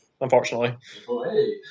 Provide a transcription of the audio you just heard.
unfortunately